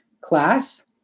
class